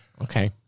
Okay